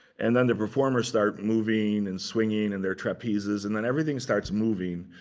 and then the performers start moving and swinging and their trapezes. and then everything starts moving.